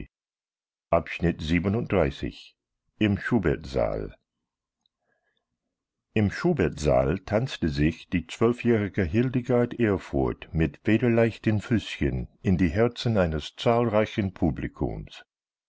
volks-zeitung märz im schubert-saal im schubert-saal tanzte sich die zwölfjährige hildegard erfurth mit federleichten füßchen in die herzen eines zahlreichen publikums